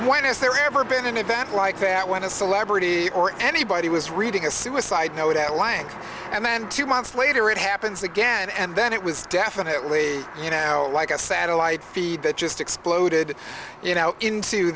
is there ever been an event like that when a celebrity or anybody was reading a suicide note at lang and then two months later it happens again and then it was definitely you know like a satellite feed that just exploded you know into